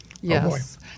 Yes